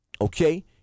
okay